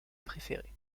préférait